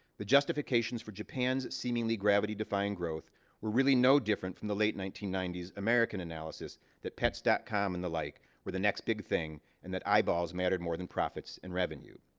the justifications for japan's seemingly gravity-defying growth were really no different from the late nineteen ninety s american analysis the pets dot com and the like were the next big thing and that eyeballs mattered more than profits and revenue.